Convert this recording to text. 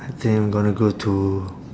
I think I'm gonna go to